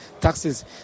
taxes